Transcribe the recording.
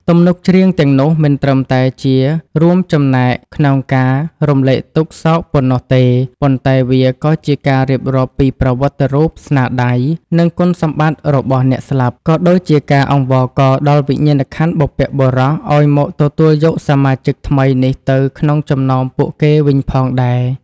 ទំនុកច្រៀងទាំងនោះមិនត្រឹមតែជារួមចំណែកក្នុងការរំលែកទុក្ខសោកប៉ុណ្ណោះទេ ប៉ុន្តែវាក៏ជាការរៀបរាប់ពីប្រវត្តិរូប ស្នាដៃ និងគុណសម្បត្តិរបស់អ្នកស្លាប់ ក៏ដូចជាការអង្វរករដល់វិញ្ញាណក្ខន្ធបុព្វបុរសឱ្យមកទទួលយកសមាជិកថ្មីនេះទៅក្នុងចំណោមពួកគេវិញផងដែរ។